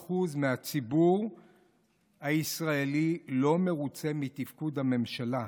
63% מהציבור הישראלי לא מרוצה מתפקוד הממשלה,